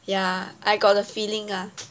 ya I got a feeling ah